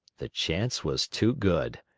the chance was too good.